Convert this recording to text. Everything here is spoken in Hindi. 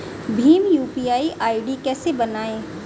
भीम यू.पी.आई आई.डी कैसे बनाएं?